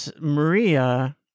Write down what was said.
Maria